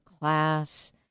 class